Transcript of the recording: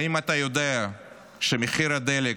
האם אתה יודע שמחיר הדלק